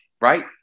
right